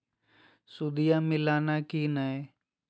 सुदिया मिलाना की नय?